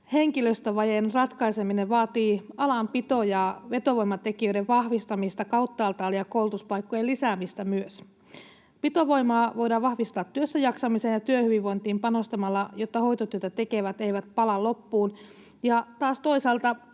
henkilöstövajeen ratkaiseminen vaatii alan pito- ja vetovoimatekijöiden vahvistamista kauttaaltaan ja koulutuspaikkojen lisäämistä myös. Pitovoimaa voidaan vahvistaa työssäjaksamiseen ja työhyvinvointiin panostamalla, jotta hoitotyötä tekevät eivät pala loppuun,